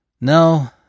No